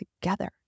together